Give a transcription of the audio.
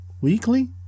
Weekly